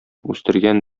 үстергән